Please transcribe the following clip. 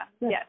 Yes